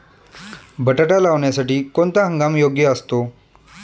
बटाटा लावण्यासाठी कोणता हंगाम योग्य असतो?